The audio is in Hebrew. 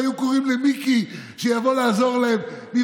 הם היו קוראים למיקי מוועדת הכספים שיבוא לעזור להם.